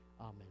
Amen